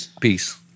Peace